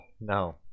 no